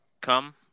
come